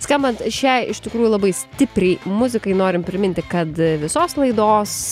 skambant šiai iš tikrųjų labai stipriai muzikai norim priminti kad visos laidos